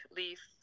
leaf